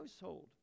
household